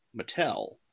Mattel